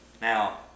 Now